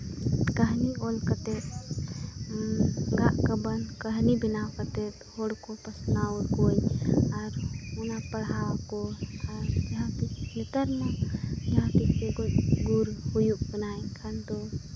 ᱠᱟᱹᱦᱱᱤ ᱚᱞ ᱠᱟᱛᱮ ᱜᱟᱜ ᱜᱟᱵᱟᱱ ᱠᱟᱹᱦᱱᱤ ᱵᱮᱱᱟᱣ ᱠᱟᱛᱮ ᱦᱚᱲ ᱠᱚ ᱯᱟᱥᱱᱟᱣ ᱟᱠᱚᱣᱟᱹᱧ ᱟᱨ ᱚᱱᱟ ᱯᱟᱲᱦᱟᱣ ᱠᱚ ᱟᱨ ᱡᱟᱦᱟᱸ ᱛᱤᱥ ᱱᱮᱛᱟᱨᱢᱟ ᱡᱟᱦᱟᱸ ᱛᱤᱥ ᱜᱮ ᱜᱚᱡ ᱜᱩᱨ ᱦᱩᱭᱩᱜ ᱠᱟᱱᱟ ᱮᱱᱠᱷᱟᱱ ᱫᱚ